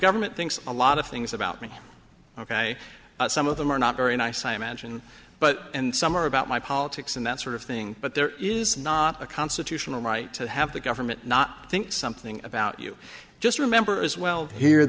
government thinks a lot of things about me ok some of them are not very nice i imagine but and some are about my politics and that sort of thing but there is not a constitutional right to have the government not think something about you just remember as well here